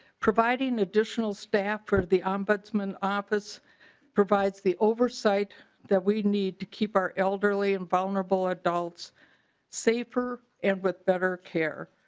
providing additional staff for the ombudsman office provides the oversight that we need to keep our elderly and vulnerable adults safer and with better care.